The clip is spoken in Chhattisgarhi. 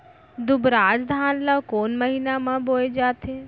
दुबराज धान ला कोन महीना में बोये जाथे?